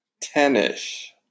tennis